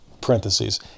parentheses